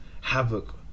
havoc